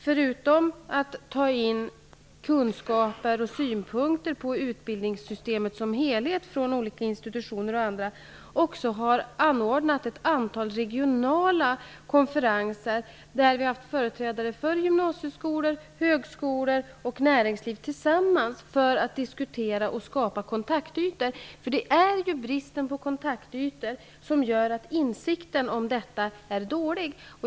Förutom att vi samlar in kunskap och synpunkter på utbildningssystemet som helhet från t.ex. olika institutioner, har vi anordnat ett antal regionala konferenser. I dessa konferenser har företrädare för gymnasieskolor, högskolor och näringsliv deltagit för att diskutera och skapa kontaktytor. Bristen på kontaktytor gör att insikten är dålig.